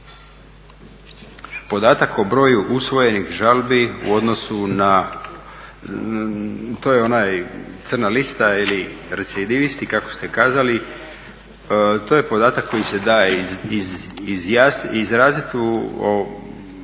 podatak o broju usvojenih žalbi u odnosu na, to je ona crna lista ili recidivisti kako ste kazali, to je podatak koji se da izraziti u